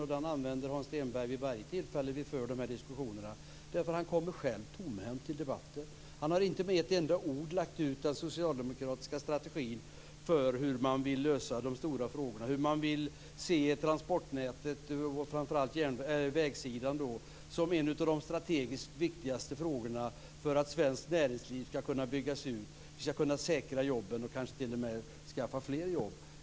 Den använder Hans Stenberg vid varje tillfälle vi för diskussionerna, eftersom han själv kommer tomhänt till debatten. Han har inte med ett enda ord redogjort för den socialdemokratiska strategin för hur man vill lösa de stora frågorna och hur man vill se transportnätet, då framför allt vägnätet. Det är en av de strategiskt viktigaste frågorna för att svenskt näringsliv ska kunna byggas ut, vi ska kunna säkra jobben och kanske t.o.m. skaffa fram fler jobb.